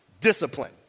discipline